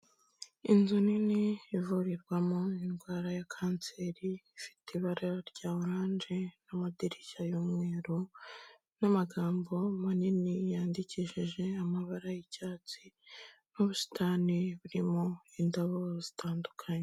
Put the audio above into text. Inzu nini ivurirwamo indwara ya kanseri, ifite ibara rya oranje n'amadirishya y'umweru, n'amagambo manini yandikishije amabara y'icyatsi, n'ubusitani burimo indabo zitandukanye.